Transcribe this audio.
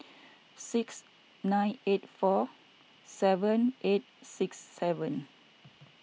six nine eight four seven eight six seven